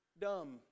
Dumb